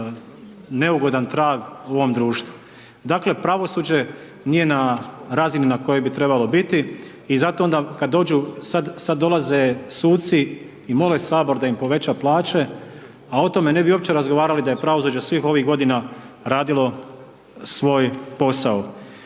neugodan trag u ovom društvu. Dakle, pravosuđe nije na razini na kojoj bi trebalo biti i zato onda kad dođu, sad dolaze suci i mole sabor da im poveća plaće, a o tome ne bi opće razgovarali da je pravosuđe svih ovih godina radilo svoj posao.